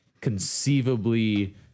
conceivably